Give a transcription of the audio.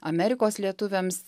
amerikos lietuviams